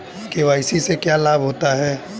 KYC से क्या लाभ होता है?